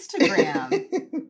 Instagram